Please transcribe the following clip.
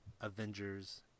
Avengers